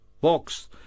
box